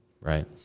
right